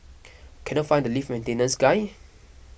cannot find the lift maintenance guy